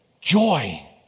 joy